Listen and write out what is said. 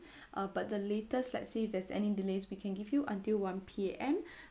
but the latest let say if there's any delays we can give you until one P_M